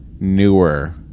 newer